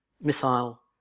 missile